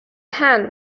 hand